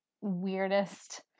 weirdest